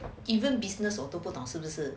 even business 我都不懂是不是